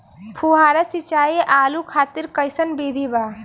फुहारा सिंचाई आलू खातिर कइसन विधि बा?